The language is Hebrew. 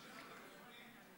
מרשימת הדוברים.